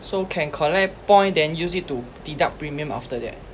so can collect point then use it to deduct premium after that